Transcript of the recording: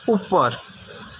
ઉપર